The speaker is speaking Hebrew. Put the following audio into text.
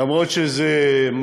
אף על פי שזה מהפך,